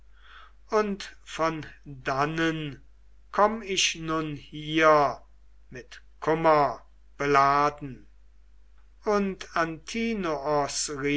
und von dannen komm ich nun hier mit kummer beladen und